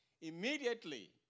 Immediately